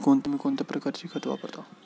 तुम्ही कोणत्या प्रकारचे खत वापरता?